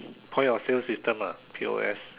point of sales system ah P_O_S